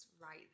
right